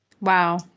Wow